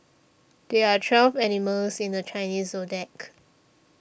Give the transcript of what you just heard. there are twelve animals in the Chinese zodiac